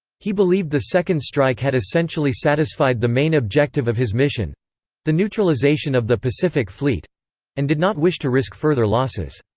he believed the second strike had essentially satisfied the main objective of his mission the neutralization of the pacific fleet and did not wish to risk further losses.